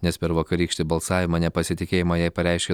nes per vakarykštį balsavimą nepasitikėjimą jai pareiškė